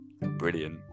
Brilliant